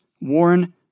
Warren